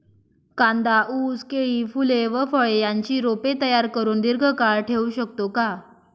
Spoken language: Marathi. कांदा, ऊस, केळी, फूले व फळे यांची रोपे तयार करुन दिर्घकाळ ठेवू शकतो का?